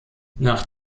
nach